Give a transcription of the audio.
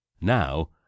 Now